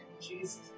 Jesus